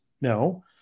No